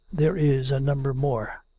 there is a number more.